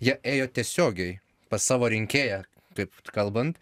jie ėjo tiesiogiai pas savo rinkėją taip kalbant